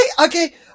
Okay